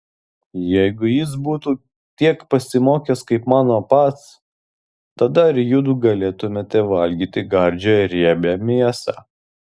jeigu jis būtų tiek pasimokęs kaip mano pats tada ir judu galėtumėte valgyti gardžią riebią mėsą